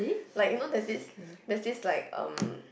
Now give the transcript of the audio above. like you know there is there's this like um